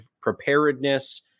preparedness